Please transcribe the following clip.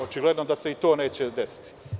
Očigledno da se to neće desiti.